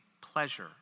pleasure